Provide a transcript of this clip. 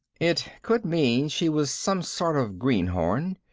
it could mean she was some sort of greenhorn.